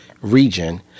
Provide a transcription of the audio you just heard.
region